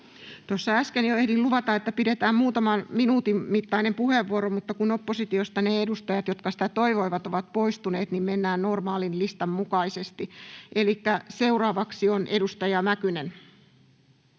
Tuossa äsken jo ehdin luvata, että pidetään muutama minuutin mittainen puheenvuoro, mutta kun oppositiosta ne edustajat, jotka sitä toivoivat, ovat poistuneet, niin mennään normaalin listan mukaisesti. — Elikkä seuraavaksi on edustaja Mäkynen,